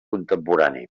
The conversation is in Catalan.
contemporani